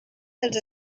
els